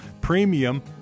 premium